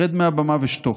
רד מהבמה ושתוק,